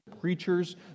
preachers